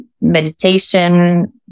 meditation